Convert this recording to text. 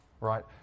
right